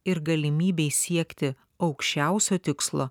ir galimybei siekti aukščiausio tikslo